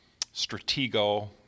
Stratego